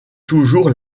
toujours